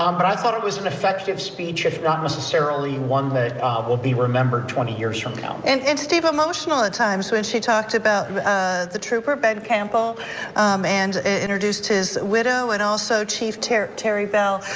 um but i thought it was an effective speech if not necessarily one that will be remembered twenty years from now. and and steve emotional at times when she talked about the trooper ben campbell and introduced his widow and also chief terry terry bell,